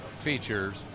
features